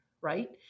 right